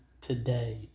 today